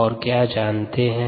और क्या जानते है